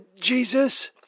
Jesus